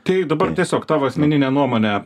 tai dabar tiesiog tavo asmenine nuomone